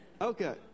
Okay